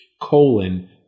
colon